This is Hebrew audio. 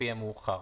לפי המאוחר,